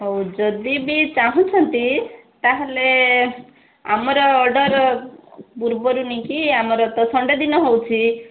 ହେଉ ଯଦି ବି ଚାହୁଁଛନ୍ତି ତା'ହେଲେ ଆମର ଅର୍ଡ଼ର ପୂର୍ବରୁ ନେଇକି ଆମର ତ ସଣ୍ଡେ ଦିନ ହେଉଛି